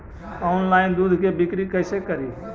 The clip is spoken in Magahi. ऑनलाइन दुध के बिक्री कैसे करि?